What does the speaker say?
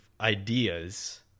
ideas